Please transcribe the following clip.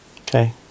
Okay